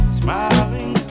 smiling